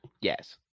Yes